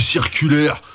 Circulaire